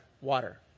water